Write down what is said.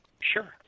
Sure